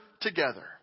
together